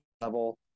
level